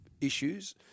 issues